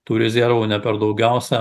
tų rezervų ne per daugiausia